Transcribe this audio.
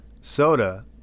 soda